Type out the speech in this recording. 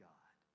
God